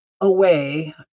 away